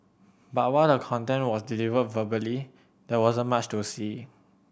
but while the content was delivered verbally there wasn't much to see